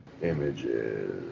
Images